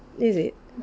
it is